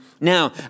Now